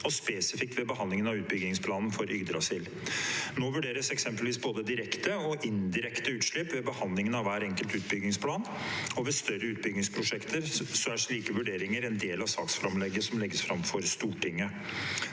og spesifikt, ved behandlingen av utbyggingsplanen for Yggdrasil. Nå vurderes eksempelvis både direkte og indirekte utslipp ved behandlingen av hver enkelt utbyggingsplan, og ved større utbyggingsprosjekter er sånne vurderinger en del av saksframlegget som legges fram for Stortinget.